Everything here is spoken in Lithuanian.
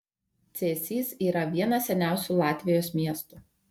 cėsys yra vienas seniausių latvijos miestų